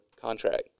contract